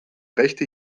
rechte